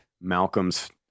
Malcolm's